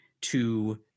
to-